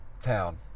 Town